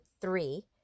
three